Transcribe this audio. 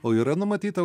o yra numatyta